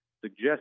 suggest